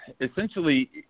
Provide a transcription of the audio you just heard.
essentially